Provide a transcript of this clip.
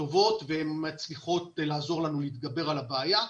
טובות ומצליחות לעזור לנו להתגבר על הבעיה.